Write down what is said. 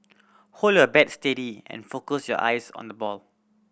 hold your bat steady and focus your eyes on the ball